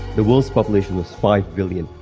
the world's population is five billion,